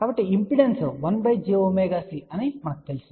కాబట్టి impedance 1 jωC అని మనకు తెలుసు